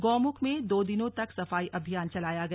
गौमुख में दो दिनों तक सफाई अभियान चलाया गया